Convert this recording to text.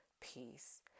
peace